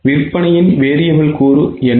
விற்பனையின் variable கூறுஎன்ன